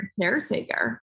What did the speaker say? caretaker